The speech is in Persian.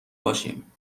باشیم